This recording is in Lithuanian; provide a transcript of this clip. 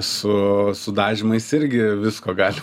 su su dažymais irgi visko gali